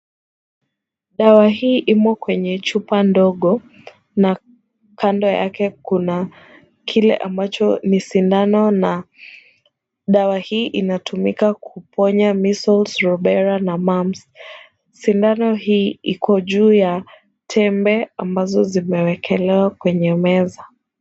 Dawa hii iko kwenye chupa ndogo na kando yake kuna kile ambacho ni sindano. Dawa hii inatumika kuponya measles, rubella na mumps . Sindano hii iko juu ya tembe ambazo zimewekelewa kwenye meza.